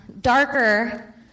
darker